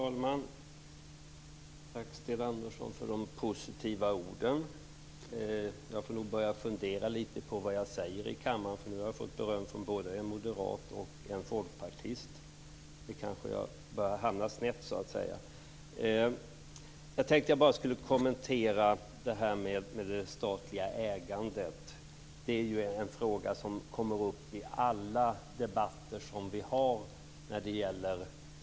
Fru talman! Tack, Sten Andersson, för de positiva orden. Jag får nog börja fundera på vad jag säger i kammaren, för nu har jag fått beröm av både en moderat och en folkpartist. Jag kan ha hamnat snett. Jag vill bara kommentera detta med det statliga ägandet. Det är en fråga som kommer upp i alla debatter som vi har om spelpolitik.